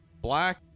black